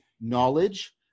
knowledge